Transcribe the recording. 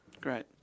Great